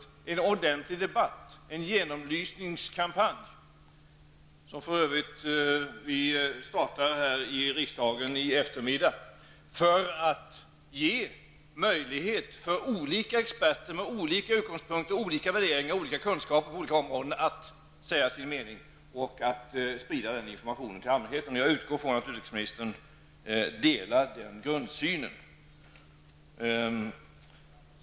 Vi måste få en ordentlig debatt, en genomlysningskampanj -- den startar vi för övrigt i eftermiddag här i riksdagen -- för att ge möjlighet för experter med olika utgångspunkter, olika värderingar och olika kunskaper på olika områden att säga sin mening och sprida den informationen till allmänheten. Jag utgår ifrån att utrikesministern delar den grundsynen.